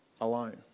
alone